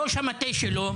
ראש המטה שלו,